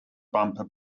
bumper